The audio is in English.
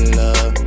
love